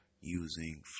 using